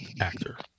actor